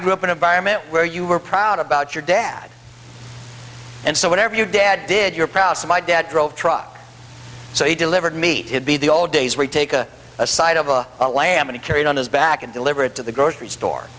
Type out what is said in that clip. grew up an environment where you were proud about your dad and so whatever your dad did you're proud of my dad drove a truck so he delivered me to be the old days where you take a a side of a lamb and carry it on his back and deliver it to the grocery store